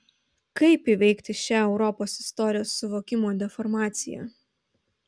kaip įveikti šią europos istorijos suvokimo deformaciją